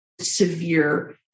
severe